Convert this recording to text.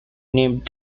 named